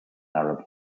arab